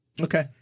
Okay